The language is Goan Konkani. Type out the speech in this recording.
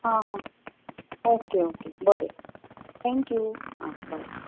हा हा ओके ओके बरें थँक्यू आ बरें